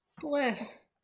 Bless